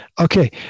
Okay